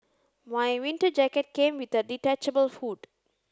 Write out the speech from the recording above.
my winter jacket came with a detachable hood